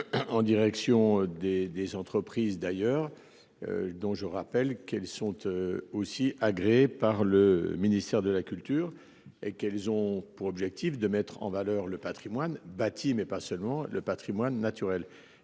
En direction des des entreprises d'ailleurs. Donc je rappelle qu'elles sont eux aussi agréé par le ministère de la culture et qu'elles ont pour objectif de mettre en valeur le Patrimoine bâti mais pas seulement le Patrimoine naturel,